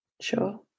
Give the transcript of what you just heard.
Sure